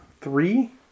three